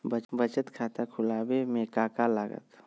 बचत खाता खुला बे में का का लागत?